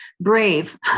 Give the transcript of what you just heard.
brave